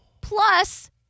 plus